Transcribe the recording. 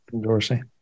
Dorsey